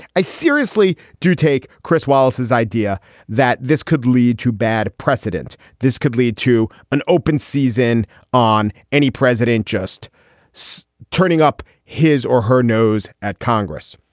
i seriously do take chris wallace's idea that this could lead to bad precedent. this could lead to an open season on any president just so turning up his or her nose at congress.